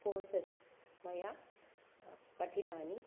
courses मया पठितानि